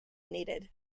needed